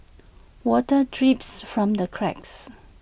water drips from the cracks